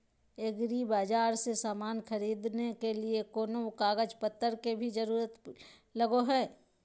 एग्रीबाजार से समान खरीदे के लिए कोनो कागज पतर के भी जरूरत लगो है?